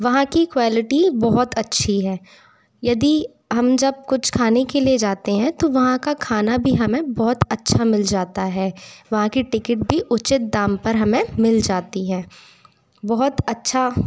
वहाँ की कॉलिटी बहुत अच्छी है यदि हम जब कुछ खाने के लिए जाते तो वहाँ का खाना भी हमें बहुत अच्छा मिल जाता है वहाँ की टिकीट टिकीट भी उचित दाम पर हमें मिल जाती है बहुत अच्छा